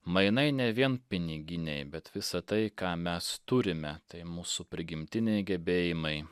mainai ne vien piniginiai bet visa tai ką mes turime tai mūsų prigimtiniai gebėjimai